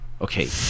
Okay